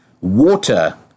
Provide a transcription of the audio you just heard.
water